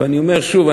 ואני אומר שוב,